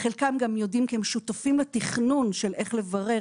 חלקם גם יודעים, כי הם שותפים לתכנון של איך לברר.